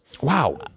Wow